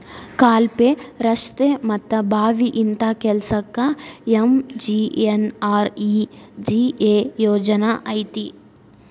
ಕಾಲ್ವೆ, ರಸ್ತೆ ಮತ್ತ ಬಾವಿ ಇಂತ ಕೆಲ್ಸಕ್ಕ ಎಂ.ಜಿ.ಎನ್.ಆರ್.ಇ.ಜಿ.ಎ ಯೋಜನಾ ಐತಿ